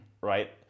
right